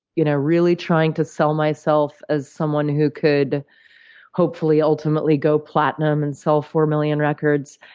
you know really trying to sell myself as someone who could hopefully ultimately go platinum and sell four million records.